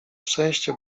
szczęście